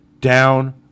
down